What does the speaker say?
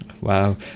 Wow